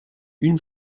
une